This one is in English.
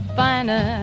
finer